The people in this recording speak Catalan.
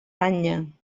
banya